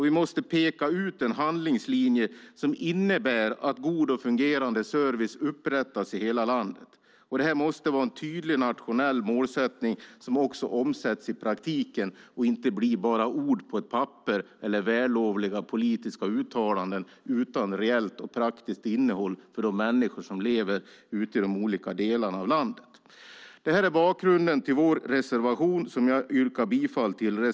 Vi måste peka ut en handlingslinje som innebär att en god och fungerande service upprättas i hela landet. Det här måste vara en tydlig nationell målsättning som också omsätts i praktiken, som alltså inte bara blir ord på ett papper eller vällovliga politiska uttalanden utan reellt och praktiskt innehåll för de människor som lever i olika delar av landet. Det här sagda är bakgrunden till vår reservation 1, som jag härmed yrkar bifall till.